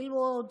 ללמוד,